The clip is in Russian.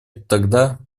тогда